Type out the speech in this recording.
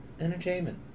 Entertainment